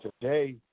today